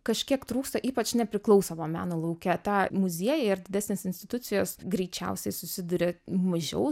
kažkiek trūksta ypač nepriklausomo meno lauke tą muziejai ir didesnės institucijos greičiausiai susiduria mažiau